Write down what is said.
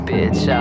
Bitch